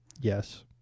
Yes